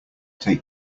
take